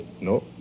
no